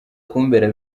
kumbera